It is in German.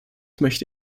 möchte